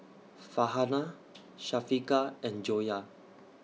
Farhanah Syafiqah and Joyah